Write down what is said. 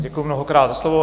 Děkuji mnohokrát za slovo.